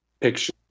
picture